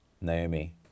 Naomi